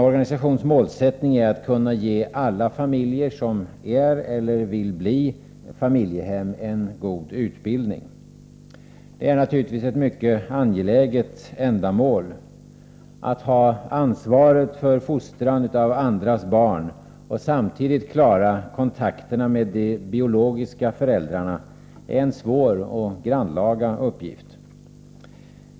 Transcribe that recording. Organisationens målsättning är att kunna ge alla familjer som är eller vill bli familjehem en god utbildning. Detta är naturligtvis ett mycket angeläget ändamål. Att ha ansvaret för fostran av andras barn och samtidigt klara kontakterna med de biologiska föräldrarna är en svår och grannlaga uppgift.